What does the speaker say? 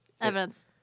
Evidence